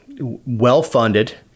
well-funded